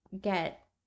get